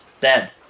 Dead